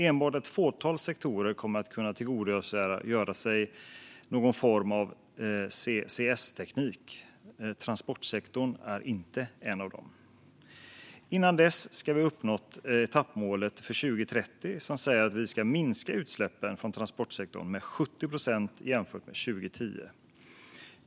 Enbart ett fåtal sektorer kommer att kunna tillgodogöra sig någon form av CCS-teknik. Transportsektorn är inte en av dem. Dessförinnan ska vi ha uppnått etappmålet för 2030, som säger att vi ska minska utsläppen från transportsektorn med 70 procent jämfört med 2010.